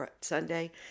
Sunday